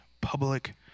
public